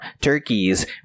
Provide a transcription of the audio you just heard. turkeys